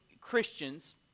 Christians